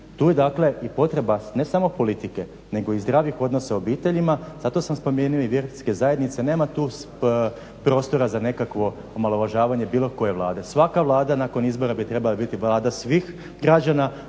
Tu je dakle i potreba, ne samo politike, nego i zdravih odnosa u obiteljima, zato sam spomenuo i vjerske zajednice, nema tu prostora za nekakvo omalovažavanje bilo koje Vlade. Svaka Vlada nakon izbora bi trebala biti Vlada svih građana,